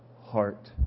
heart